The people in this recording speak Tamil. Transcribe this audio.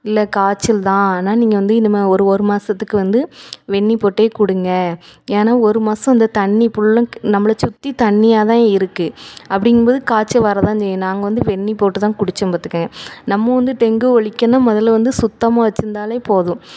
இல்லை காய்ச்சல் தான் ஆனால் நீங்கள் வந்து இந்த ஒரு ஒரு மாதத்துக்கு வந்து வெந்நீர் போட்டே கொடுங்க ஏன்னா ஒரு மாதம் இந்த தண்ணி ஃபுல்லும் நம்மள சுற்றி தண்ணியாக தான் இருக்கும் அப்டிங்கும்போது காச்சல் வர தான் செய்யும் நாங்கள் வந்து வெந்நீர் போட்டு தான் குடித்தோம் பார்த்துக்குங்க நம்ம வந்து டெங்கு ஒழிக்கன்னா முதல்ல வந்து சுத்தமாக வைச்சிருந்தாலே போதும்